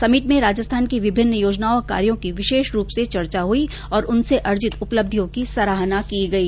summit में राजस्थान की विभिन्न योजनाओं और कार्यो की विशेष रूप से चर्चा हई और उनसे अर्जित उपलब्धियों की सराहना की गई